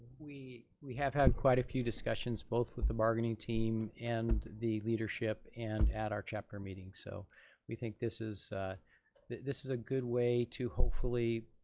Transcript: we we have had quite a few discussions, both with the marketing team and the leadership and at our chapter meetings, so we think this is this is a good way to, hopefully,